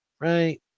right